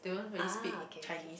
ah okay okay